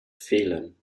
fehlen